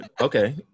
Okay